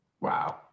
Wow